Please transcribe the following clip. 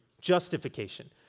justification